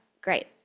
Great